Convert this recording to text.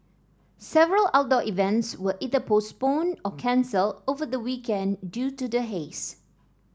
several outdoor events were either postponed or cancelled over the weekend due to the haze